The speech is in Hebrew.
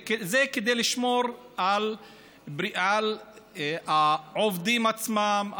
זה כדי לשמור על העובדים עצמם,